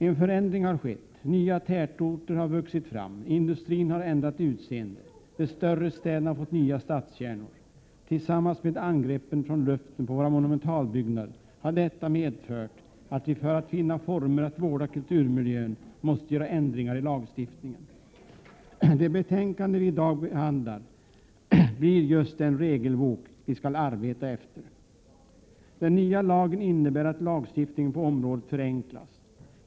En förändring har skett: Nya tätorter har vuxit fram, industrin har ändrat utseende och de större städerna har fått nya stadskärnor. Tillsammans med angreppen från luften på monumentalbyggnader har detta medfört att vi för att finna former att vårda kulturmiljön måste göra ändringar i lagstiftningen. Det betänkande som i dag behandlas blir just den regelbok vi skall arbeta efter. Den nya lagen innebär att lagstiftningen på området förenklas.